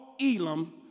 Elam